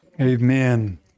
Amen